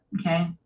Okay